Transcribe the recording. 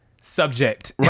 subject